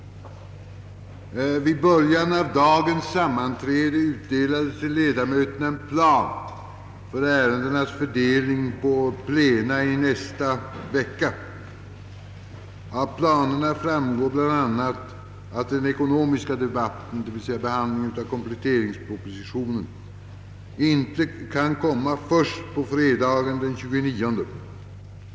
Vid början av dagens sammanträde utdelades till ledamöterna en plan för ärendenas fördelning på plena i nästa vecka. Av planen framgår bl.a. att den ekonomiska debatten, d.v.s. behandlingen av kompletteringspropositionen, inte kan placeras förrän på föredragningslistan fredagen den 29 maj.